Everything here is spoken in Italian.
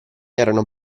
erano